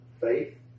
faith